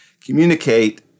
communicate